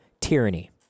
tyranny